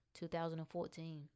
2014